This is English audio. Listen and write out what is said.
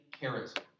character